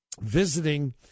visiting